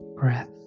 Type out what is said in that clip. breath